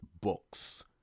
books